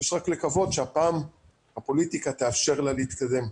יש רק לקוות שהפעם הפוליטיקה תאפשר להצעת החוק להתקדם.